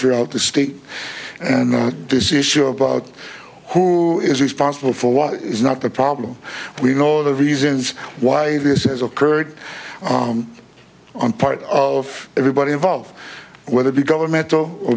throughout the state and this issue about who is responsible for what is not the problem we know the reasons why this is occurred on part of everybody involved whether it be governmental